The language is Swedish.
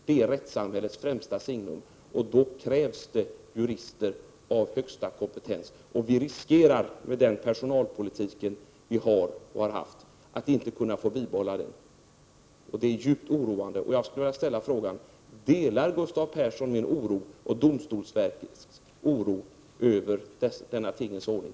Det är rättssamhällets främsta signum. Då krävs det också jurister med högsta kompetens. Med den personalpolitik som vi har och har haft riskerar vi att inte kunna bibehålla den. Det är djupt oroande. Jag skulle vilja fråga: Delar Gustav Persson min och domstolsverkets oro över denna tingens ordning?